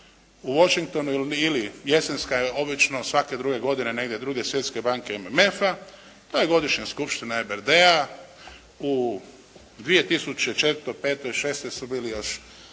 u Washingtonu ili jesenska je obično svake druge godine, druge svjetske banke MMF-a, to je godišnja skupština EBRD-a u 2004., 05., 06., su bili još